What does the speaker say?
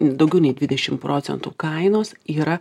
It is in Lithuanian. daugiau nei dvidešim procentų kainos yra